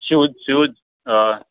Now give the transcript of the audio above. shoes shoes होय